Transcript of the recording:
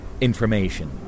information